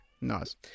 Nice